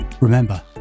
Remember